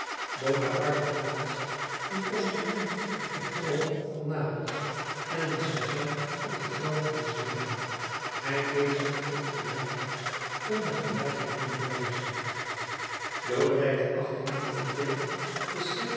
bonaparte plaatst een postiljon op den troon van napels en een sergeant op den troon van zweden hij bezigt de ongelijkheid om de gelijkheid te bewijzen lodewijk xviii onderteekent